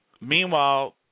Meanwhile